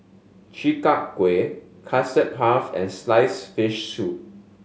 Chi Kak Kuih Custard Puff and sliced fish soup